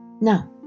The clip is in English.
now